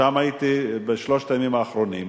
שם הייתי בשלושת הימים האחרונים,